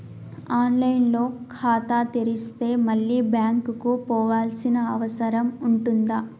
On line లో ఖాతా తెరిస్తే మళ్ళీ బ్యాంకుకు పోవాల్సిన అవసరం ఉంటుందా?